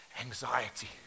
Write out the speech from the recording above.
anxiety